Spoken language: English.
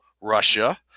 Russia